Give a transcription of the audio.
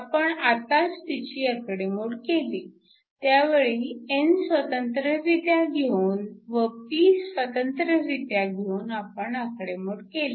आपण आताच तिची आकडेमोड केली त्यावेळी n स्वतंत्ररित्या घेऊन व p स्वतंत्ररित्या घेऊन आपण आकडेमोड केली